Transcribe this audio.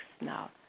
now